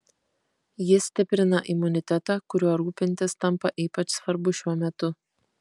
ji stiprina imunitetą kuriuo rūpintis tampa ypač svarbu šiuo metu